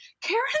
Karen